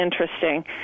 interesting